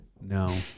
no